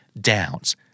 downs